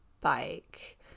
bike